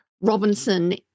Robinson